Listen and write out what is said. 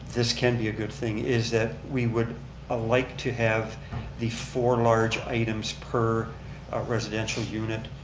this can be a good thing is that we would ah like to have the four large items per residential unit